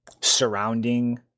surrounding